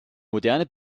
moderne